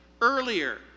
earlier